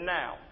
now